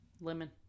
Lemon